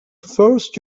first